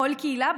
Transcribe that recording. בכל קהילה,